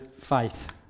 faith